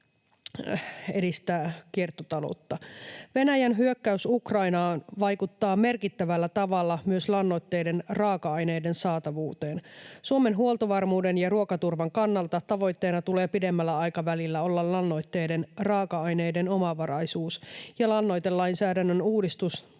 Venäjän hyökkäys Ukrainaan vaikuttaa merkittävällä tavalla myös lannoitteiden raaka-aineiden saatavuuteen. Suomen huoltovarmuuden ja ruokaturvan kannalta tavoitteena tulee pidemmällä aikavälillä olla lannoitteiden raaka-aineiden omavaraisuus, ja lannoitelainsäädännön uudistus